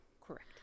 Correct